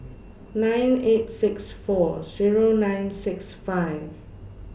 nine eight six four Zero nine six five